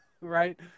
right